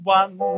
one